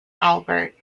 albert